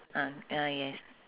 ah ya yes